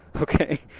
Okay